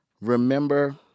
remember